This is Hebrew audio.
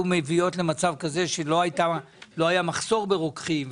מביאות למצב כזה שלא היה מחסור ברוקחים,